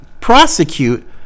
prosecute